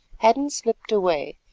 hadden slipped away,